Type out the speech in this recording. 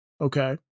Okay